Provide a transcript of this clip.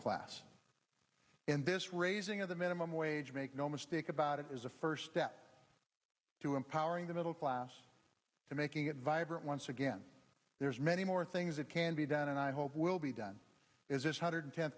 class in this raising of the minimum wage make no mistake about it is a first step to empowering the middle class and making it vibrant once again there's many more things that can be done and i hope will be done is this hundred